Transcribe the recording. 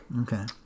Okay